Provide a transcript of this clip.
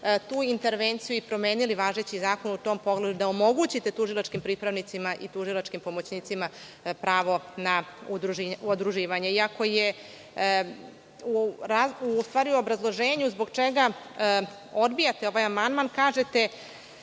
tu intervenciju i promenili važeći zakon u tom pogledu da omogućite tužilačkim pripravnicima i tužilačkim pomoćnicima pravo na udruživanje. Iako u obrazloženju zbog čega odbijate ovaj amandman kažete